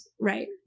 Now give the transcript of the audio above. Right